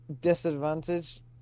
Disadvantage